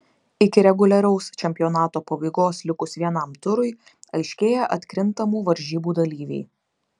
iki reguliaraus čempionato pabaigos likus vienam turui aiškėja atkrintamų varžybų dalyviai